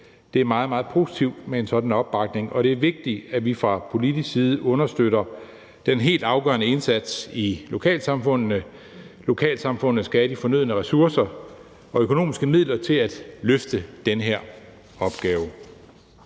Det er meget, meget positivt med en sådan opbakning, og det er vigtigt, at vi fra politisk side understøtter den helt afgørende indsats i lokalsamfundene. Lokalsamfundene skal have de fornødne ressourcer og økonomiske midler til at løfte den her opgave.